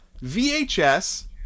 VHS